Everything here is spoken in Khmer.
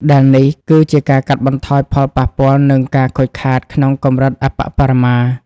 ដែលនេះគឺជាការកាត់បន្ថយផលប៉ះពាល់ និងការខូចខាតក្នុងកម្រិតអប្បបរមា។